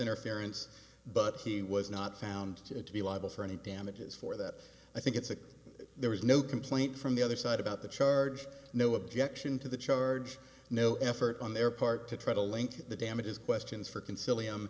interference but he was not found to be liable for any damages for that i think it's a there was no complaint from the other side about the charge no objection to the charge no effort on their part to try to link the damages questions for can silly